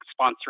sponsoring